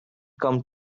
come